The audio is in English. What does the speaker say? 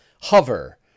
hover